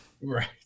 Right